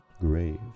grave